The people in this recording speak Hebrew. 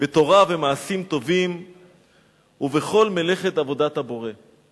בתורה ובמעשים טובים ובכל מלאכת עבודת הבורא.